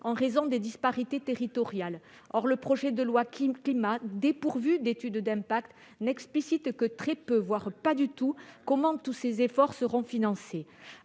en raison des disparités territoriales. Or le projet de loi Climat et résilience, dépourvu d'étude d'impact, n'explicite que très peu, voire pas du tout, comment tous ces efforts seront financés.